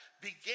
began